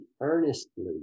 earnestly